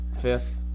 fifth